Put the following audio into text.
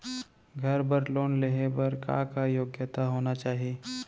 घर बर लोन लेहे बर का का योग्यता होना चाही?